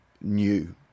new